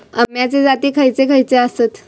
अम्याचे जाती खयचे खयचे आसत?